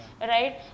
right